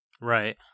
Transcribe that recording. Right